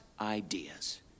ideas